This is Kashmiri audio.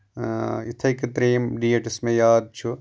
یِتٕھے کٲٹھی ترٛییِم ڈیٹ یُس مے یاد چھُ